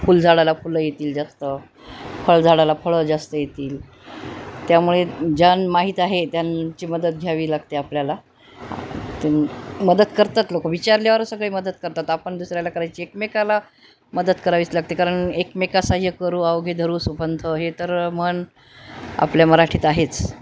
फुलझाडाला फुलं येतील जास्त फळ झाडाला फळं जास्त येतील त्यामुळे ज्यान माहीत आहे त्यांची मदत घ्यावी लागते आपल्याला ते मदत करतात लोकं विचारल्यावरच सगळी मदत करतात आपण दुसऱ्याला करायची एकमेकाला मदत करावीच लागते कारण एकमेका साहाय्य करू अवघे धरू सुपंथ ही तर म्हण आपल्या मराठीत आहेच